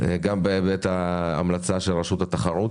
גם בהיבט המלצת רשות התחרות